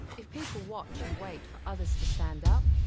if people watch and wait for others to stand up,